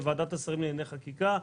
בוועדת השרים לענייני חקיקה,